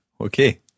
Okay